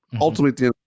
ultimately